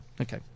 Okay